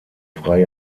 frei